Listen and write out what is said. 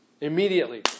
Immediately